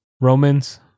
romans